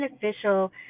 beneficial